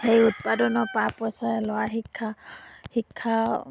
সেই উৎপাদনৰ পাৰ পইচাৰে ল'ৰা শিক্ষা শিক্ষা